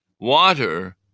Water